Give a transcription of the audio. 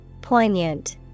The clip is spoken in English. Poignant